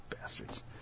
Bastards